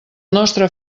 nostre